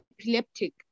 epileptic